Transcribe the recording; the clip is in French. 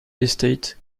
estate